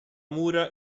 mura